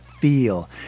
feel